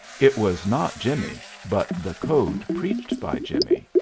it was not jimmie, but the code preached by jimmie,